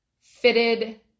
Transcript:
fitted